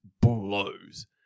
blows